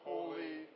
Holy